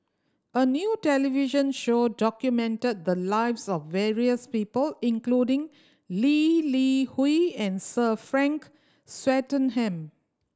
a new television show documented the lives of various people including Lee Li Hui and Sir Frank Swettenham